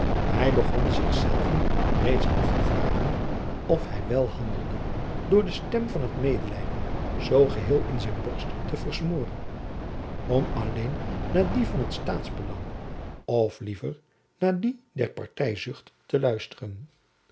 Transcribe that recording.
hy begon zich zelven reeds af te vragen of hy wèl handelde door de stem van t medelijden zoo geheel in zijn borst te versmooren om alleen naar die van t staatsbelang of liever naar die der partyzucht te luisteren